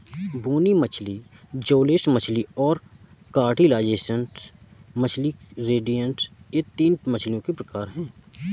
बोनी मछली जौलेस मछली और कार्टिलाजिनस मछली रे फिनेड यह तीन मछलियों के प्रकार है